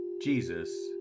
Jesus